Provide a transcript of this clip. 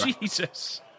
Jesus